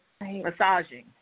massaging